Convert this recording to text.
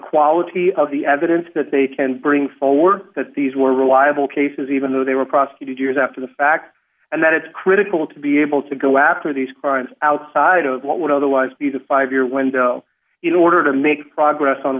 quality of the evidence that they can bring forward that these were reliable cases even though they were prosecuted years after the fact and that it's critical to be able to go after these crimes outside of what would otherwise be the five year window in order to make progress on